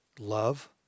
love